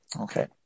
Okay